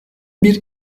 bir